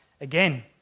again